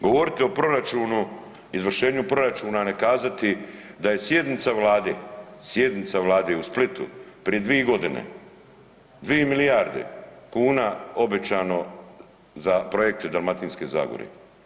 Govoriti o proračunu, izvršenju proračuna, a ne kazati da je sjednica Vlade, sjednica Vlade u Splitu prije dvije godine, 2 milijarde kuna obećano za projekt Dalmatinske zagore.